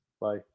Bye